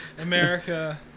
America